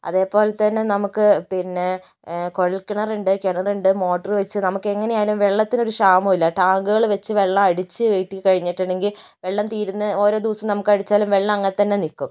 അതേപോലെത്തന്നെ നമുക്ക് പിന്നെ കുഴൽ കിണറുണ്ട് കിണറുണ്ട് മോട്ടറ് വെച്ച് നമുക്കെങ്ങനെ ആയാലും വെള്ളത്തിനൊരു ക്ഷാമവുമില്ല ടാങ്കുകള് വെച്ച് വെള്ളമടിച്ച് കേറ്റിക്കഴിഞ്ഞിട്ടുണ്ടെങ്കിൽ വെള്ളം തീരുന്നത് ഓരോ ദിവസം നമുക്കടിച്ചാലും വെള്ളം അങ്ങനെത്തന്നെ നിൽക്കും